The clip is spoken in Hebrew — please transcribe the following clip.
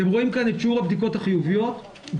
אתם רואים כאן את שיעור הבדיקות החיוביות באדום.